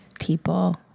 people